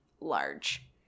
large